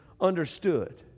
understood